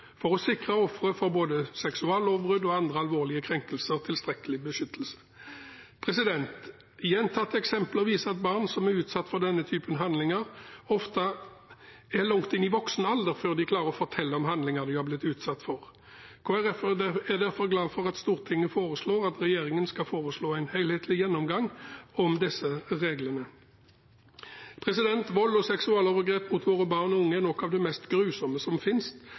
for å sikre ofre for både seksuallovbrudd og andre alvorlige krenkelser tilstrekkelig beskyttelse. Gjentatte eksempler viser at barn som er utsatt for slike handlinger, ofte er langt inni voksen alder før de klarer å fortelle om handlinger de har blitt utsatt for. Kristelig Folkeparti er derfor glad for at Stortinget foreslår at regjeringen skal ta en helhetlig gjennomgang av disse reglene. Vold og seksualovergrep mot våre barn og unge er noe av det mest grusomme som